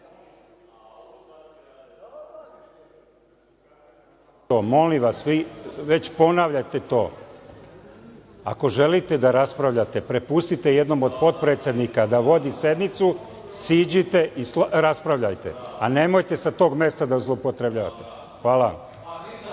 Molim vas, vi već ponavljate to. Ako želite da raspravljate, prepustite jednom od potpredsednika da vodi sednicu, siđite i raspravljajte, a nemojte sa tog mesta da zloupotrebljavate. Hvala